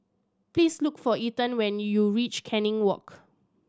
please look for Ethen when you reach Canning Walk